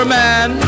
man